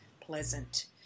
pleasant